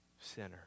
sinner